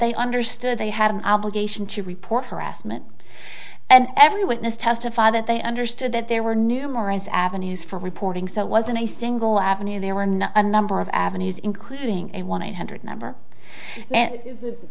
they understood they had an obligation to report harassment and every witness testify that they understood that there were numerous avenues for reporting so it wasn't a single avenue there were not a number of avenues including a one hundred number and